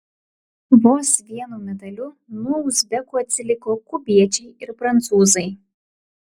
vos vienu medaliu nuo uzbekų atsiliko kubiečiai ir prancūzai